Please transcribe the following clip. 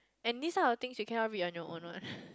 and these types of things you cannot read on your own one